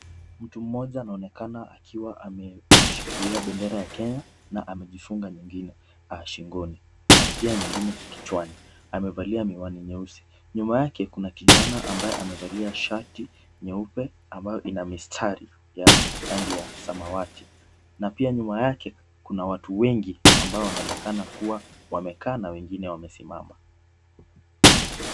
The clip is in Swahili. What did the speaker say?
Mtu mmoja anaonekana akiwa ameshikilia bendera ya Kenya na amejifunga nyingine shingoni na pia nyingine kichwani. Amevalia miwani nyeusi. Nyuma yake kuna kijana ambaye amevalia shati nyeupe ambayo ina mistari ya rangi ya samawati na pia nyuma yake kuna watu wengi ambao wanaonekana kuwa wamekaa na wengine wamesimama.